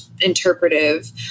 interpretive